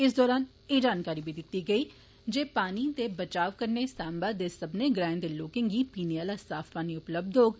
इस दौरान एह् जानकारी बी दित्ती गेई जे पानी दे बचाव कन्नै सांबा दे सब्मनें ग्रांएं दे लोकें गी पीने आला साफ पानी उपलब्ध होग